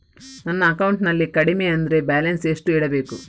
ನನ್ನ ಅಕೌಂಟಿನಲ್ಲಿ ಕಡಿಮೆ ಅಂದ್ರೆ ಬ್ಯಾಲೆನ್ಸ್ ಎಷ್ಟು ಇಡಬೇಕು?